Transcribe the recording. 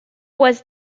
was